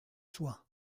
soit